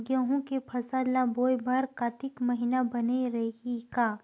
गेहूं के फसल ल बोय बर कातिक महिना बने रहि का?